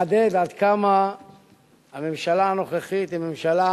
לחדד עד כמה הממשלה הנוכחית היא ממשלה